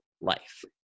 life